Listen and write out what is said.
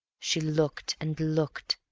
she looked and looked,